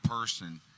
person